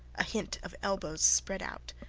a hint of elbows spread out,